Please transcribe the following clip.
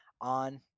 on